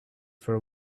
for